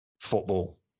football